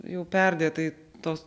jau perdėtai tos